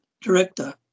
director